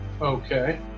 Okay